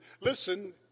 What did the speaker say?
listen